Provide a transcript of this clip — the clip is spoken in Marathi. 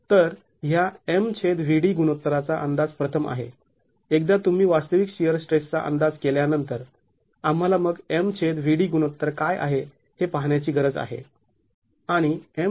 तर ह्या MVd गुणोत्तराचा अंदाज प्रथम आहे एकदा तुम्ही वास्तविक शिअर स्ट्रेसचा अंदाज केल्यानंतर आम्हाला मग MVd गुणोत्तर काय आहे हे पाहण्याची गरज आहे